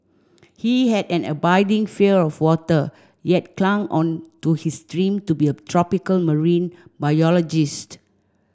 he had an abiding fear of water yet clung on to his dream to be a tropical marine biologist